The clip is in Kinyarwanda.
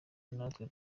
natwe